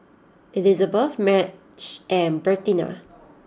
Elizebeth Madge and Bertina